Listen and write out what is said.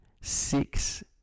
six